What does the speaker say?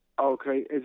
Okay